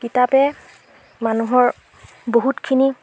কিতাপে মানুহৰ বহুতখিনি